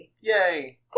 Yay